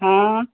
हाँ